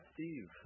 Steve